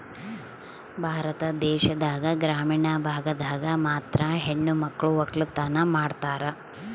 ಭಾರತ ದೇಶದಾಗ ಗ್ರಾಮೀಣ ಭಾಗದಾಗ ಮಾತ್ರ ಹೆಣಮಕ್ಳು ವಕ್ಕಲತನ ಮಾಡ್ತಾರ